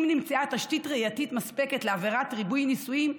אם נמצאה תשתית ראייתית מספקת לעבירת ריבוי נישואים,